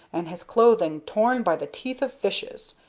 and his clothing torn by the teeth of fishes.